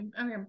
okay